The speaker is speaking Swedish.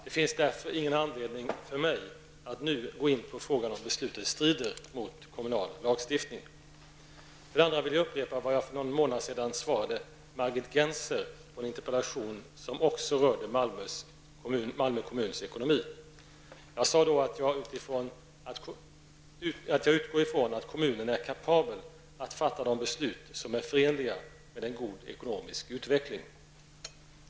Det finns därför ingen anledning för mig att nu gå in på frågan om beslutet strider mot kommunal lagstiftning. För det andra vill jag upprepa vad jag för någon månad sedan svarade Margit Gennser på en interpellation som också rörde Malmö kommuns ekonomi. Jag sade då att jag utgår ifrån att kommunen är kapabel att fatta de beslut som är förenliga med en god ekonomisk utveckling.